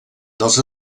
dels